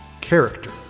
Character